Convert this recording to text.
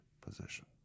position